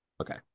Okay